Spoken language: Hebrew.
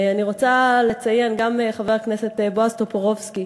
אני רוצה לציין גם את חבר הכנסת בועז טופורובסקי,